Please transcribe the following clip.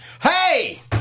Hey